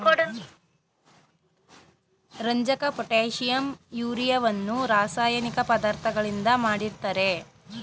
ರಂಜಕ, ಪೊಟ್ಯಾಷಿಂ, ಯೂರಿಯವನ್ನು ರಾಸಾಯನಿಕ ಪದಾರ್ಥಗಳಿಂದ ಮಾಡಿರ್ತರೆ